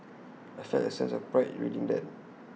I felt A sense of pride reading that